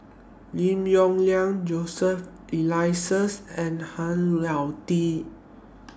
Lim Yong Liang Joseph Eliases and Han Lao Di